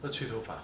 because 吹头发